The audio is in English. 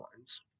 lines